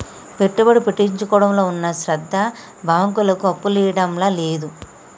పెట్టుబడి పెట్టించుకోవడంలో ఉన్న శ్రద్ద బాంకులకు అప్పులియ్యడంల లేదు